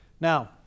Now